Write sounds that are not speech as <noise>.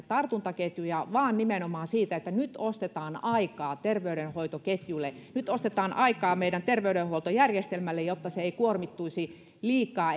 <unintelligible> tartuntaketjuja vaan nimenomaan siitä että nyt ostetaan aikaa terveydenhoitoketjuille nyt ostetaan aikaa meidän terveydenhuoltojärjestelmällemme jotta se ei kuormittuisi liikaa <unintelligible>